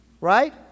Right